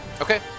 Okay